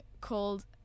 called